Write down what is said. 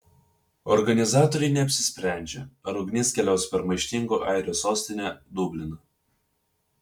organizatoriai neapsisprendžia ar ugnis keliaus per maištingų airių sostinę dubliną